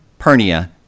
Pernia